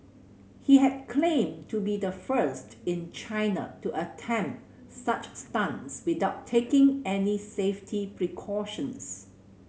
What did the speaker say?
he had claimed to be the first in China to attempt such stunts without taking any safety precautions